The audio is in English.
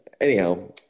anyhow